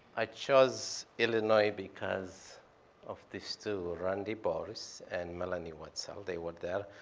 i chose illinois because of these two, randy borys and melanie wetzel. they were there,